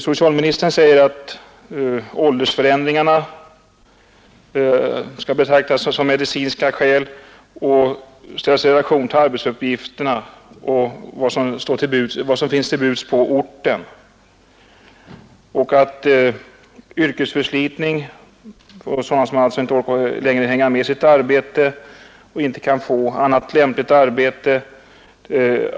Socialministern menar att åldersförändringarna skall betraktas såsom medicinska skäl och ställas i relation till de arbetsuppgifter som står till buds på orten. Det skall också, enligt socialministern, tas hänsyn till dem som på grund av yrkesförslitning inte orkar hänga med i sitt arbete och inte kan få annat lämpligt arbete.